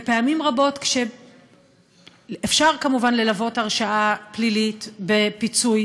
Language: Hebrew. ופעמים רבות אפשר כמובן ללוות הרשעה פלילית בפיצוי,